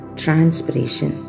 transpiration